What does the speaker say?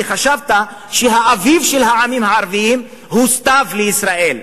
כי חשבת שהאביב של העמים הערביים הוא סתיו לישראל.